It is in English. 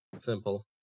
Simple